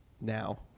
Now